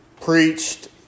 preached